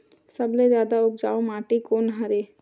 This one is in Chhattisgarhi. सबले जादा उपजाऊ माटी कोन हरे?